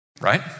right